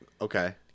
Okay